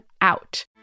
out